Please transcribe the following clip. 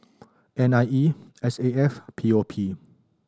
N I E S A F P O P